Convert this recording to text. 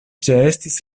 ĉeestis